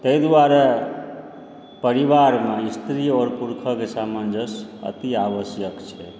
तै दुआरे परिवार मे स्त्री और पुरुषक सामंजस्य अति आवश्यक छै